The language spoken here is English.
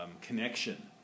connection